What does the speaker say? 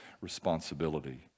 responsibility